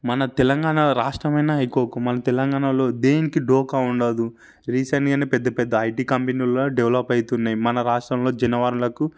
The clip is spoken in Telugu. మన తెలంగాణ రాష్ట్రమైన ఈ మన తెలంగాణలో దేనికి డోకా ఉండదు రీసెంట్గానే పెద్దపెద్ద ఐటీ కంపెనీలు డెవలప్ అవుతున్నాయి మన రాష్ట్రంలో జల వనరులకు